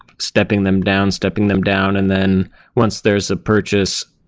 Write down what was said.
stepping them down, stepping them down. and then once there's a purchase,